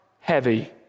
heavy